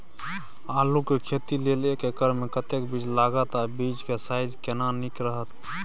आलू के खेती लेल एक एकर मे कतेक बीज लागत आ बीज के साइज केना नीक रहत?